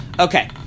Okay